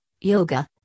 yoga